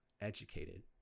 educated